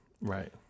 Right